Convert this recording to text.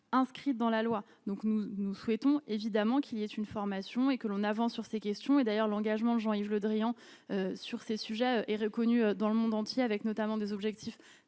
inscrites dans la loi, donc nous nous souhaitons évidemment qu'il y ait une formation et que l'on avance sur ces questions et d'ailleurs, l'engagement de Jean-Yves Le Drian, sur ces sujets et reconnue dans le monde entier, avec notamment des objectifs.